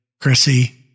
Chrissy